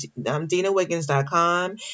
DinaWiggins.com